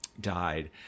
died